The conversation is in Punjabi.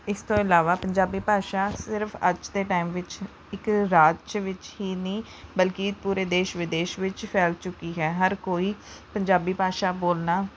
ਇਸ ਤੋਂ ਇਲਾਵਾ ਪੰਜਾਬੀ ਭਾਸ਼ਾ ਸਿਰਫ ਅੱਜ ਦੇ ਟਾਈਮ ਵਿੱਚ ਇੱਕ ਰਾਜ ਵਿੱਚ ਹੀ ਨਹੀਂ ਬਲਕਿ ਪੂਰੇ ਦੇਸ਼ ਵਿਦੇਸ਼ ਵਿੱਚ ਫੈਲ ਚੁੱਕੀ ਹੈ ਹਰ ਕੋਈ ਪੰਜਾਬੀ ਭਾਸ਼ਾ ਬੋਲਣਾ